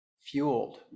fueled